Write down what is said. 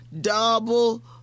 double